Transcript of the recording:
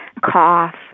cough